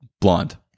blonde